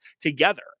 together